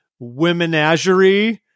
womenagerie